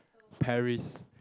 Paris